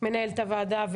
מנהלת הוועדה.